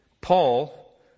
Paul